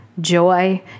joy